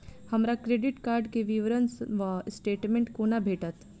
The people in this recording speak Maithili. हमरा क्रेडिट कार्ड केँ विवरण वा स्टेटमेंट कोना भेटत?